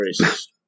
racist